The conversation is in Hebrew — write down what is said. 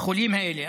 לחולים האלה.